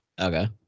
okay